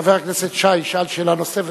חבר הכנסת שי שאל שאלה נוספת,